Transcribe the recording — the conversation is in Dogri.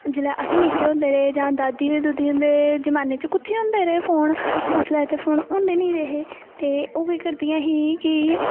जिसलै अस निक्के होंदे रेह् जां दादियें दूदियें दे जमाने च कुत्थै होंदे रेह् फोन उसलै ते फोन होंदे निं रेह् ते ओह् केह् करदियां हां केह्